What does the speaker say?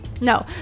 no